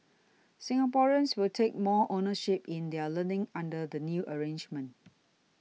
Singaporeans will take more ownership in their learning under the new arrangement